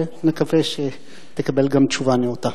ונקווה שתקבל גם תשובה נאותה.